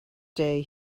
day